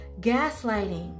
Gaslighting